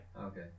Okay